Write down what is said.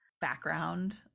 background